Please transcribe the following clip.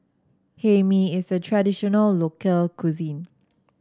Hae Mee is a traditional local cuisine